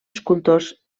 escultors